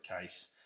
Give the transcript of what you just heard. case